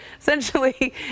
essentially